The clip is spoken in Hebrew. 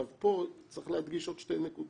צריך להדגיש פה עוד שתי נקודות.